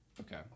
Okay